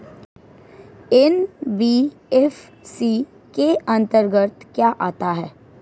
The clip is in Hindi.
एन.बी.एफ.सी के अंतर्गत क्या आता है?